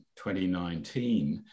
2019